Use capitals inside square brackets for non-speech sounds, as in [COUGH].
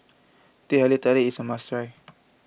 Teh Halia Tarik is a must try [NOISE]